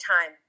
time